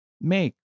make